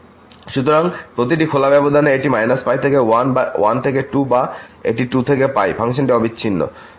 সুতরাং প্রতিটি খোলা ব্যবধানে এটি π থেকে 1 বা এটি 1 থেকে 2 বা এটি 2 থেকে ফাংশনটি অবিচ্ছিন্ন